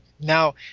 Now